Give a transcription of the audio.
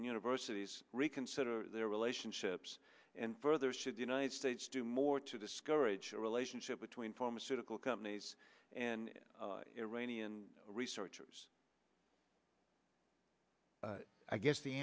and universities reconsider their relationships and further should the united states do more to discover a relationship between pharmaceutical companies and iranian researchers i guess the